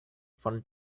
von